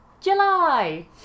July